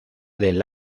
del